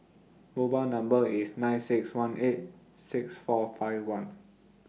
mobile Number IS nine six one eight six four five one